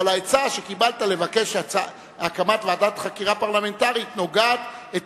העצה שקיבלת לבקש הקמת ועדת חקירה פרלמנטרית נוגדת את